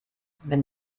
wenn